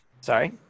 Sorry